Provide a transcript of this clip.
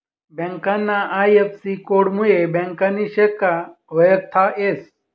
ब्यांकना आय.एफ.सी.कोडमुये ब्यांकनी शाखा वयखता येस